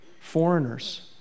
foreigners